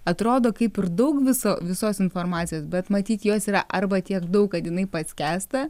atrodo kaip ir daug viso visos informacijos bet matyt jos yra arba tiek daug kad jinai paskęsta